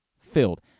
Filled